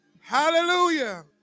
Hallelujah